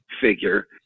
figure